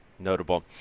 Notable